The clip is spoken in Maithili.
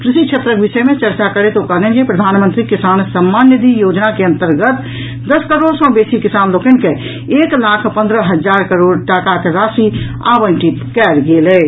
कृषि क्षेत्रक विषय मे चर्चा करैत ओ कहलनि जे प्रधानमंत्री किसान सम्मान निधि योजना के अंतर्गत दस करोड सॅ बेसी किसान लोकनि के एक लाख पंद्रह हजार करोड़ टाकाक राशि आवंटित कयल गेल अछि